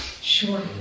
Sure